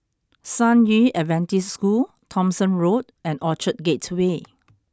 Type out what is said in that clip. San Yu Adventist School Thomson Road and Orchard Gateway